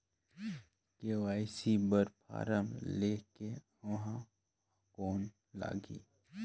KYC बर form ले के ऊहां कौन लगही?